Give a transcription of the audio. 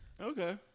Okay